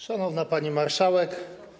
Szanowna Pani Marszałek!